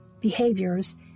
behaviors